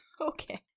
Okay